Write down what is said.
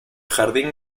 jardín